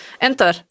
enter